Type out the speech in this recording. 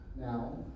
Now